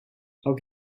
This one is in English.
how